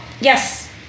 Yes